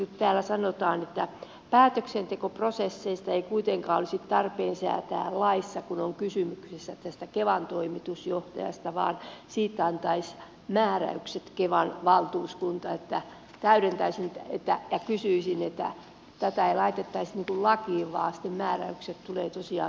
kun täällä sanotaan että päätöksentekoprosesseista ei kuitenkaan olisi tarpeen säätää laissa kun on kysymys tästä kevan toimitusjohtajasta vaan siitä antaisi määräykset kevan valtuuskunta kysyisin että tätä ei laitettaisi lakiin vaan sitten määräykset tulevat tosiaan kevan valtuuskunnalta